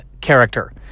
character